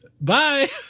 Bye